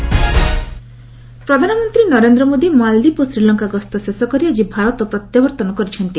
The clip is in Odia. ପିଏମ୍ ଶ୍ରୀଲଙ୍କା ପ୍ରଧାନମନ୍ତ୍ରୀ ନରେନ୍ଦ୍ର ମୋଦି ମାଳଦ୍ୱୀପ ଓ ଶ୍ରୀଲଙ୍କା ଗସ୍ତ ଶେଷ କରି ଆକି ଭାରତ ପ୍ରତ୍ୟାବର୍ତ୍ତନ କରିଛନ୍ତି